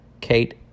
Kate